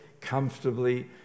comfortably